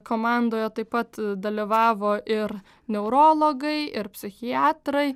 komandoje taip pat dalyvavo ir neurologai ir psichiatrai